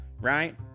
right